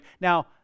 Now